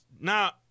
now